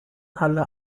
halle